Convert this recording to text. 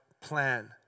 plan